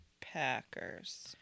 Packers